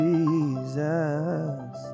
Jesus